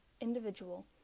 individual